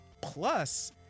Plus